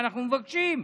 אנחנו מבקשים,